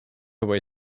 away